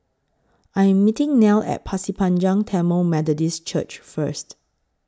I Am meeting Nell At Pasir Panjang Tamil Methodist Church First